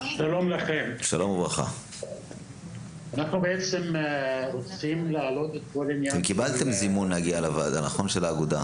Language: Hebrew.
לכן זה עדיין לא כל כך מקבל את כל תשומת הלב של החברה.